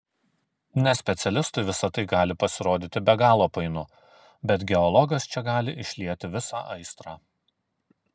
nespecialistui visa tai gali pasirodyti be galo painu bet geologas čia gali išlieti visą aistrą